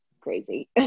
crazy